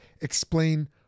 explain